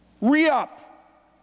re-up